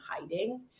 hiding